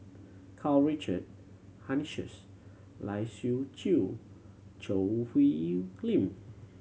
Karl Richard Hanitsch Lai Siu Chiu Choo Hwee Lim